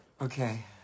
Okay